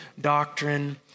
doctrine